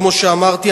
כמו שאמרתי,